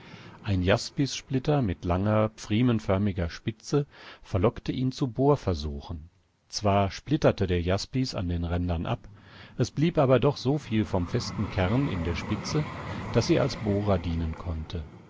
ein jaspissplitter mit langer pfriemenförmiger spitze verlockte ihn zu bohrversuchen zwar splitterte der jaspis an den rändern ab es blieb aber doch so viel vom festen kern in der spitze daß sie als bohrer dienen konnte